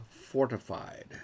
fortified